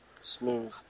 smooth